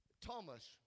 Thomas